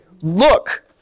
look